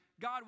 God